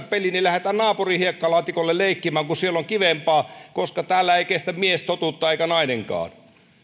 peli niin lähdetään naapurin hiekkalaatikolle leikkimään kun siellä on kivempaa koska täällä ei kestä mies totuutta eikä nainenkaan